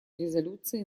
резолюции